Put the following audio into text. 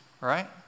Right